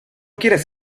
quieres